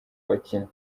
bakinnyi